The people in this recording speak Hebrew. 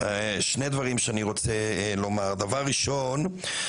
שני דברים שאני רוצה לומר: דבר ראשון,